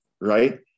Right